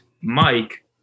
Mike